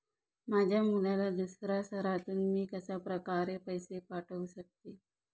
माझ्या मुलाला दुसऱ्या शहरातून मी कशाप्रकारे पैसे पाठवू शकते?